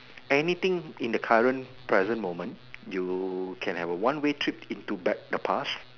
anything in the current present moment you can have a one way trip into back the past